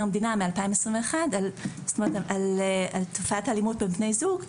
המדינה מ-2021 על תופעת האלימות בין בני זוג,